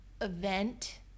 event